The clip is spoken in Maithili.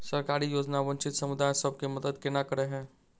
सरकारी योजना वंचित समुदाय सब केँ मदद केना करे है?